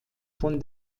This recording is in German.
von